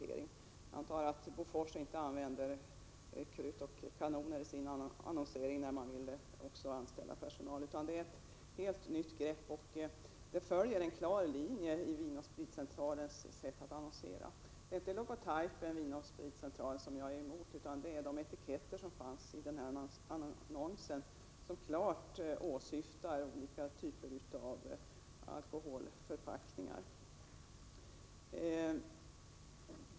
Jag antar att Bofors inte använder krut och kanoner i sina annonser när företaget vill anställa personal. Detta är ett helt nytt grepp. Det följer en klar linje i Vin & Spritcentralens sätt att annonsera. Det är inte Vin & Spritcentralens logotype jag är emot, utan det är de etiketter som förekommer i annonsen. De åsyftar klart olika typer av alkoholförpackningar.